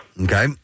Okay